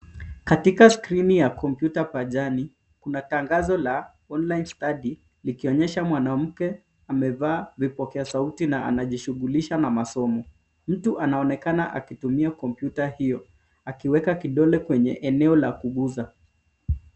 Katika skrini ya kompyuta pajani kuna tangazo la online study likionyesha mwanamke amevaa vipokea sauti na anajishughulisha na masomo. Mtu anaonekana akitumia kompyuta hiyo akiweka kidole kwenye eneo la kuguza.